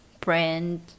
brand